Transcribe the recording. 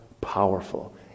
powerful